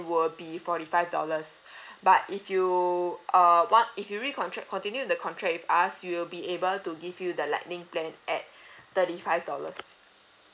will be forty five dollars but if you uh want if you recontract continue the contract with us we'll be able to give you the lightning plan at thirty five dollars